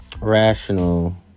rational